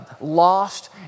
lost